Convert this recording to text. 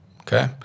Okay